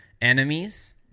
enemies